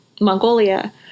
Mongolia